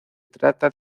trata